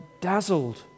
dazzled